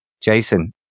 Jason